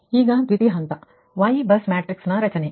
ಈಗ ದ್ವಿತೀಯ ಹಂತ y ಬಸ್ ಮ್ಯಾಟ್ರಿಕ್ಸ್ನ ರಚನೆ